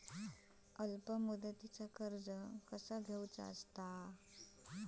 अल्प मुदतीचा कर्ज कसा घ्यायचा?